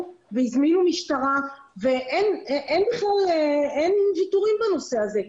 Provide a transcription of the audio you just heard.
והזמינו משטרה ואין בכלל ויתורים בנושא הזה.